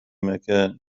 مكان